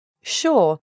Sure